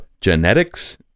genetics